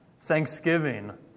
thanksgiving